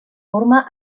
forma